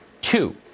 Two